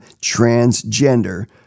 transgender